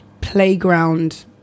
playground